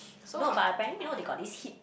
no but apparently you know they got this heat tech